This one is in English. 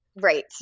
Right